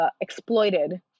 exploited